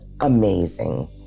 amazing